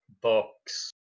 box